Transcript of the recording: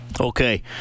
Okay